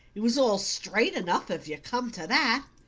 it was all straight enough, if you come to that.